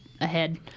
ahead